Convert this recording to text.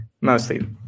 mostly